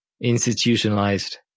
institutionalized